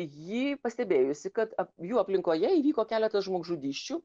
ji pastebėjusi kad jų aplinkoje įvyko keletas žmogžudysčių